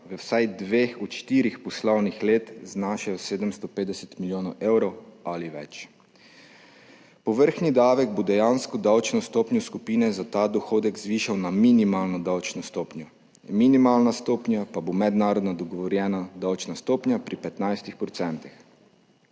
v vsaj dveh od štirih poslovnih let znašajo 750 milijonov evrov ali več. Povrhnji davek bo dejansko davčno stopnjo skupine za ta dohodek zvišal na minimalno davčno stopnjo. Minimalna stopnja pa bo mednarodno dogovorjena davčna stopnja pri 15 %.